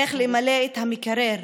איך למלא את המקרר,